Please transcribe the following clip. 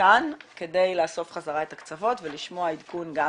כאן כדי לאסוף חזרה את הקצוות ולשמוע עדכון גם